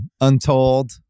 untold